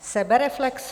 Sebereflexe?